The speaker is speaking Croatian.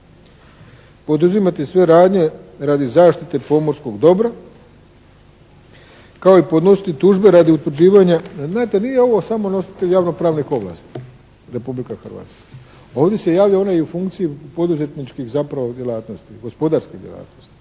poduzimati sve radnje radi zaštite pomorskog dobra kao i podnositi tužbe radi utvrđivanja“. Znate, nije ovo samo nositelj javno pravnih ovlasti Republika Hrvatska. Ovdje se javlja ona i u funkciji poduzetničkih zapravo djelatnosti, gospodarskih djelatnosti